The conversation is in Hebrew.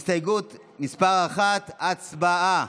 הסתייגות מס' 1, הצבעה.